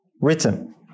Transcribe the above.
written